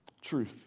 Truth